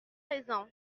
raisons